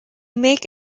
make